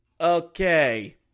Okay